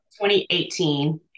2018